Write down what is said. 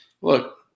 look